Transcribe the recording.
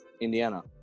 Indiana